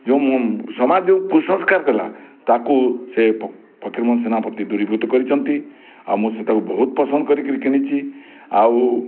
ଯେଉଁ ସମାଜ ଯେଉଁ କୁସଂସ୍କାର ଦେଲା ତାକୁ ସେ ଫକୀରମୋହନ ସେନାପତି ଦୂରୀଭୂତ କରିଛନ୍ତି ଆଉ ମୁଁ ସେଇଟାକୁ ବହୁତ ପସନ୍ଦ କରିକିରି କିଣିଛି ଆଉ